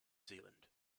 zealand